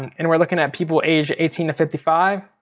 and we're looking at people age eighteen to fifty five.